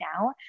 now